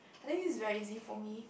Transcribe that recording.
I think it's very easy for me